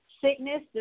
sickness